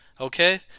okay